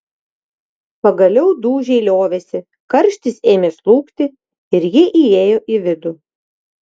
pagaliau dūžiai liovėsi karštis ėmė slūgti ir ji įėjo į vidų